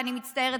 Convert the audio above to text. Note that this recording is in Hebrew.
ואני מצטערת,